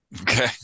okay